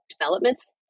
developments